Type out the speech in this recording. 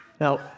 Now